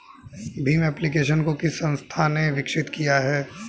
Bhim application को किस संस्था ने विकसित किया है?